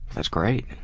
that's great.